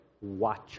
Watch